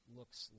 looks